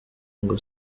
ngo